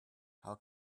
how